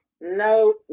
No